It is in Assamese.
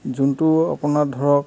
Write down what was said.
যোনটো আপোনাৰ ধৰক